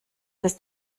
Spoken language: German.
ist